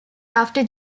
after